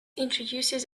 introduces